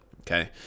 okay